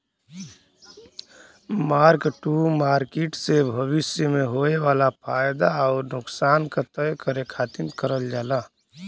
mark to market से भविष्य में होये वाला फयदा आउर नुकसान क तय करे खातिर करल जाला